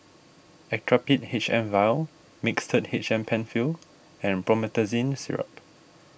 Actrapid H M Vial Mixtard H M Penfill and Promethazine Syrup